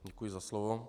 Děkuji za slovo.